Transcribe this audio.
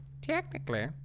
Technically